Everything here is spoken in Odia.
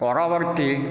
ପରବର୍ତ୍ତୀ